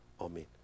Amen